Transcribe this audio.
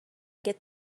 get